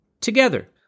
together